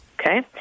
Okay